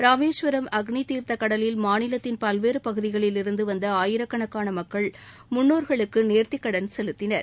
ராமேஸ்வரம் அக்னி தீர்த்த கடலில் மாநிலத்தின் பல்வேறு பகுதிகளிலிருந்து வந்த ஆயிரக்கணக்கான மக்கள் முன்னோர்களுக்கு நேர்த்திக்கடன் செலுத்தினர்